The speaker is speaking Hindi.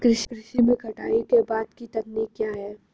कृषि में कटाई के बाद की तकनीक क्या है?